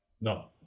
No